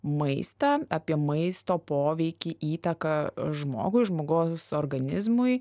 maistą apie maisto poveikį įtaką žmogui žmogaus organizmui